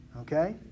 Okay